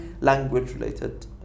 language-related